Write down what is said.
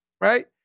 right